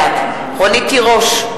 בעד רונית תירוש,